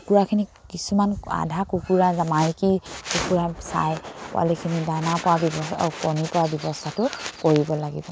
কুকুৰাখিনিক কিছুমান আধা কুকুৰা মাইকী কুকুৰা চাই পোৱালিখিনি দানা পা ব্যৱস্থা অঁ কণী পৰা ব্যৱস্থাটো কৰিব লাগিব